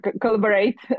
collaborate